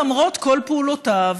למרות כל פעולותיו,